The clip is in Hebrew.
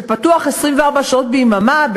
שפתוח 24 שעות ביממה,